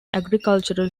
agricultural